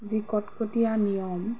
যি কটকটীয়া নিয়ম